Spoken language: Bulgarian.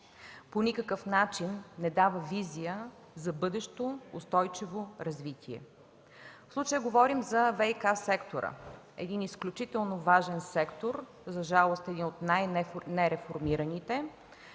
по никакъв начин не дава визия за бъдещо устойчиво развитие. В случая говорим за ВиК сектора – един изключително важен сектор, за жалост един от най-нереформираните,